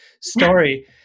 story